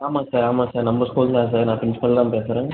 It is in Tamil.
ஆமாம் சார் ஆமாம் சார் நம்ம ஸ்கூல் தான் சார் நான் ப்ரின்ஸ்பல் தான் பேசுகிறேன்